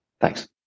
Thanks